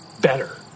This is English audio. better